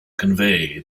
convey